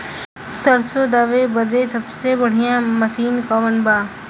सरसों दावे बदे सबसे बढ़ियां मसिन कवन बा?